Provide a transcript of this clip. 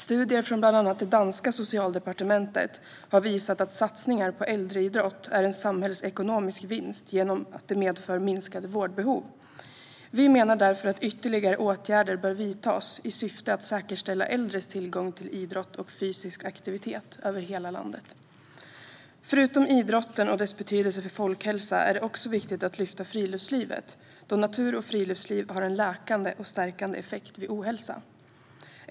Studier från bland annat det danska socialdepartementet har visat att satsningar på äldreidrott är en samhällsekonomisk vinst genom att de medför minskade vårdbehov. Vi menar därför att ytterligare åtgärder bör vidtas i syfte att säkerställa äldres tillgång till idrott och fysisk aktivitet över hela landet. Förutom idrotten och dess betydelse för folkhälsa är det också viktigt att lyfta upp friluftslivet, då natur och friluftsliv har en läkande och stärkande effekt vid ohälsa.